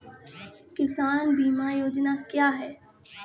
किसान बीमा योजना क्या हैं?